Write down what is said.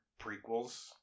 prequels